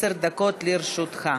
עשר דקות לרשותך.